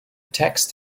text